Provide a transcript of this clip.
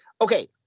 Okay